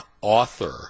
author